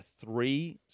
three